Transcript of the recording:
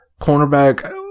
cornerback